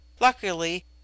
luckily